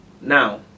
Now